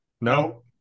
No